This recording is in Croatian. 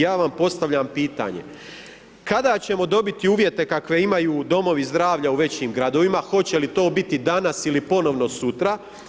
Ja vam postavljam pitanje, kada ćemo dobiti uvjete kakve imaju Domovi zdravlja u većim gradovima, hoće li to biti danas ili ponovno sutra?